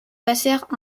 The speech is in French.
passèrent